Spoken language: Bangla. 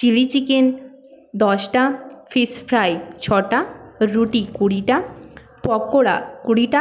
চিলি চিকেন দশটা ফিস ফ্রাই ছটা রুটি কুড়িটা পকোড়া কুড়িটা